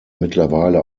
mittlerweile